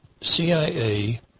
CIA